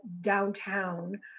downtown